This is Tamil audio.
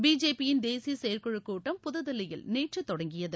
பிஜேபி யின் தேசிய செயற்குழுக்கூட்டம் புதுதில்லியில் நேற்று தொடங்கியது